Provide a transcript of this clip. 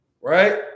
right